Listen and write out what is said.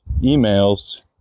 emails